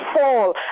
fall